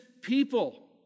people